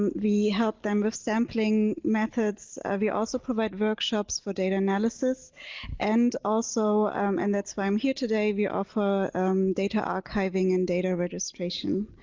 we help them with sampling methods we also provide workshops for data analysis and also and that's why i'm here today we offer data archiving and data registration